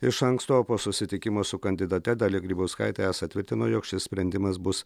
iš anksto o po susitikimo su kandidate dalia grybauskaitė esą tvirtino jog šis sprendimas bus